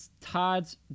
Todd's